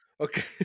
Okay